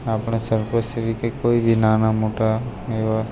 આપણા સરપંચ શ્રી કે કોઈ બી નામ નાના મોટા એવા